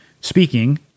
speaking